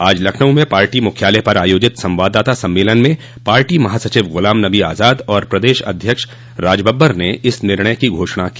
आज लखनऊ में पार्टी मुख्यालय पर आयोजित संवाददाता सम्मेलन में पार्टी महासचिव ग़लामनबी आज़ाद और प्रदेश अध्यक्ष राजबबर ने इस निर्णय की घोषणा की